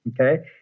okay